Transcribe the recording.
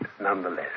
nonetheless